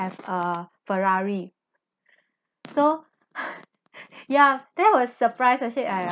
have a Ferrari so ya that was a surprise I said ah ya~